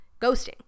ghosting